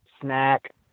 snack